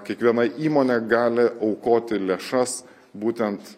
kiekviena įmonė gali aukoti lėšas būtent